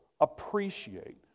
appreciate